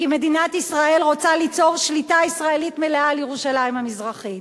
כי מדינת ישראל רוצה ליצור שליטה ישראלית מלאה על ירושלים המזרחית.